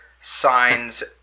signs